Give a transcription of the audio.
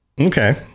Okay